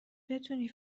بتونی